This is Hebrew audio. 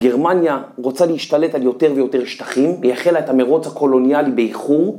גרמניה רוצה להשתלט על יותר ויותר שטחים, היא החלה את המרוץ הקולוניאלי באיחור.